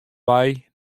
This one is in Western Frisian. wei